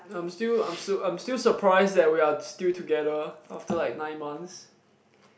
I'm still I'm still I'm still surprised that we are still together after like nine months